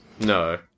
No